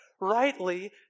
Rightly